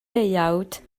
deuawd